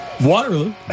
Waterloo